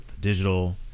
digital